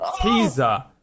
teaser